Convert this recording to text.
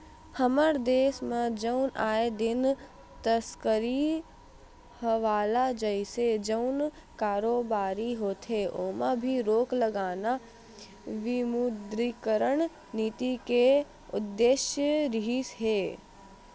हमर देस म जउन आए दिन तस्करी हवाला जइसे जउन कारोबारी होथे ओमा भी रोक लगाना विमुद्रीकरन नीति के उद्देश्य रिहिस हे